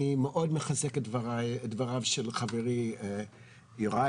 אני מאוד מחזק את דבריו של חברי יוראי.